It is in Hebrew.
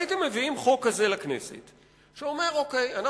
הייתם מביאים חוק כזה לכנסת שאומר: אנחנו